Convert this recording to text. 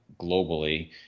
globally